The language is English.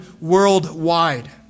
worldwide